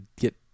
get